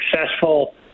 successful